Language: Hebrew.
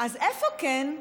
אז איפה כן?